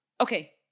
okay